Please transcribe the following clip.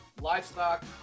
livestock